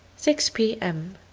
six p m,